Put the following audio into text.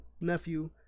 nephew